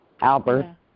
Albert